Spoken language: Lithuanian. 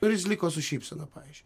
ir jis liko su šypsena pavyzdžiui